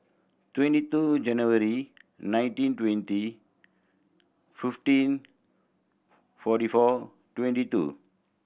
twenty two January nineteen twenty fifteen forty four twenty two